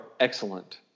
excellent